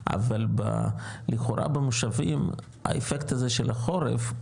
אבל לכאורה במושבים האפקט הזה של החורף,